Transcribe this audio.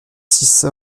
six